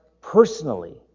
personally